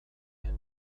had